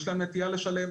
יש להם נטייה לשלם.